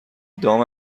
دام